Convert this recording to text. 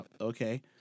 okay